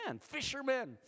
fishermen